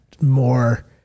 more